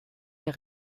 der